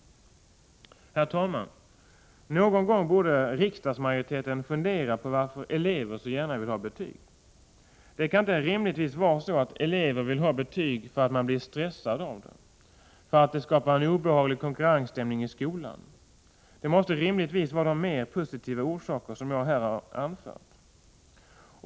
Herr talman! Någon gång borde riksdagsmajoriteten fundera på varför elever så gärna vill ha betyg. Det kan inte rimligtvis vara så att elever vill ha betyg för att man blir stressad av dem, för att de skapar en obehaglig konkurrensstämning i skolan. Det måste rimligtvis bero på de mer positiva orsaker som jag här har anfört.